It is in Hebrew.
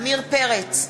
עמיר פרץ,